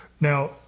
Now